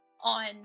on